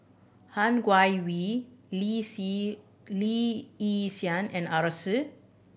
Han Guangwei Lee Si Lee Yi Shyan and Arasu